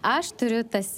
aš turiu tas